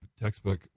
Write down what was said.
textbook